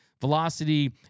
velocity